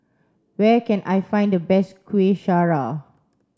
where can I find the best Kuih Syara